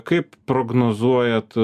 kaip prognozuojat